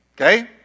Okay